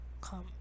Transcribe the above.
come